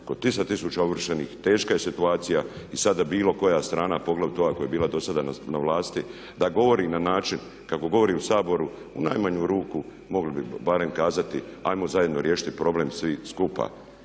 kod 300 tisuća ovršenih teška je situacija. I sada bilo koja strana, poglavito ova koja je bila do sada na vlasti da govori na način kako govori u Saboru u najmanju ruku mogli bi barem kazati hajmo zajedno riješiti problem svi skupa,